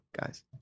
guys